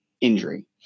injury